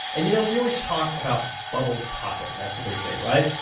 and, you know, we always talk about bubbles popping. that's what they say, right?